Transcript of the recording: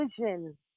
vision